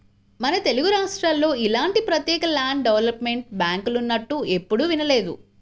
మన తెలుగురాష్ట్రాల్లో ఇలాంటి ప్రత్యేక ల్యాండ్ డెవలప్మెంట్ బ్యాంకులున్నట్లు ఎప్పుడూ వినలేదు